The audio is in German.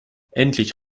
endlich